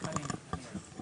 מישהו